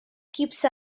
keeps